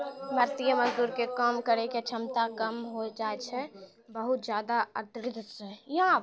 भारतीय मजदूर के काम करै के क्षमता कम होय जाय छै बहुत ज्यादा आर्द्रता सॅ